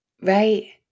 Right